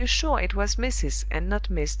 are you sure it was mrs. and not mr?